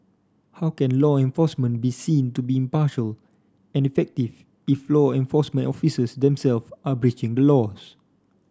how can law enforcement be seen to be impartial and effective if law enforcement officers themself are breaching the laws